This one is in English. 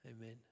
Amen